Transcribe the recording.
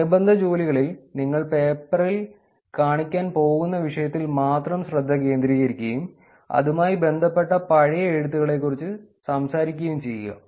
അനുബന്ധ ജോലികളിൽ നിങ്ങൾ പേപ്പറിൽ കാണിക്കാൻ പോകുന്ന വിഷയത്തിൽ മാത്രം ശ്രദ്ധ കേന്ദ്രീകരിക്കുകയും അതുമായി ബന്ധപ്പെട്ട പഴയ എഴുത്തുകളെക്കുറിച്ച് സംസാരിക്കുകയും ചെയ്യുക